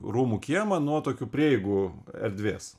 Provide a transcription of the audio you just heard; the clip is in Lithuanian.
rūmų kiemą nuo tokių prieigų erdvės